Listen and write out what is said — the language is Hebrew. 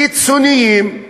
קיצוניים,